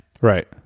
Right